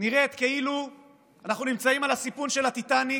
נראית כאילו אנחנו נמצאים על הסיפון של הטיטניק,